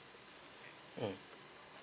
um